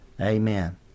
Amen